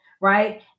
right